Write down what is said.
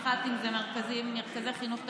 מח"טים זה מרכזי חינוך טכנולוגיים,